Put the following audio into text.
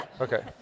Okay